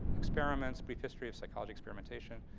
experiments, brief history of psychology experimentation,